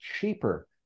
cheaper